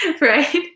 right